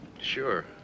Sure